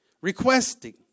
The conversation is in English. Requesting